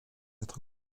être